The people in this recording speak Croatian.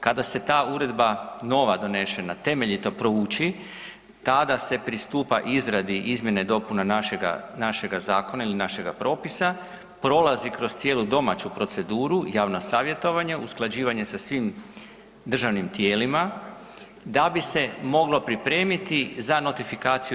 Kada se ta uredba nova donešena, temeljito prouči, tada se pristupa izradi izmjene i dopune našega zakona ili našega propisa, prilazi kroz cijelu domaću proceduru, javno savjetovanje, usklađivanje sa svim državnim tijelima, da bi se moglo pripremiti za notifikaciju u EU.